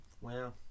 wow